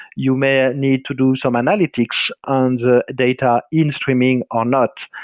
you may need to do some analytics on the data in streaming or not,